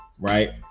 right